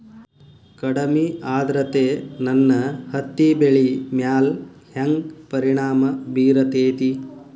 ಕಡಮಿ ಆದ್ರತೆ ನನ್ನ ಹತ್ತಿ ಬೆಳಿ ಮ್ಯಾಲ್ ಹೆಂಗ್ ಪರಿಣಾಮ ಬಿರತೇತಿ?